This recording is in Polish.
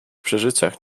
przeżyciach